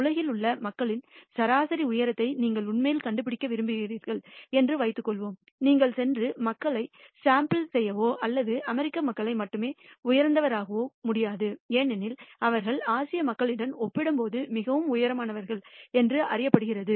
உலகில் உள்ள மக்களின் சராசரி உயரத்தை நீங்கள் உண்மையில் கண்டுபிடிக்க விரும்புகிறீர்கள் என்று வைத்துக்கொள்வோம் நீங்கள் சென்று மக்களை சாம்பிள் செய்யவோ அல்லது அமெரிக்க மக்களை மட்டும் உயர்த்தவோ முடியாது ஏனெனில் அவர்கள் ஆசிய மக்களுடன் ஒப்பிடும்போது மிகவும் உயரமானவர்கள் என்று அறியப்படுகிறது